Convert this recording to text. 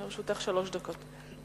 לרשותך שלוש דקות.